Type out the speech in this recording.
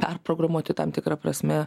perprogramuoti tam tikra prasme